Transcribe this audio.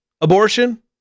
Abortion